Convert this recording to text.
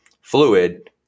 fluid